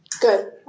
Good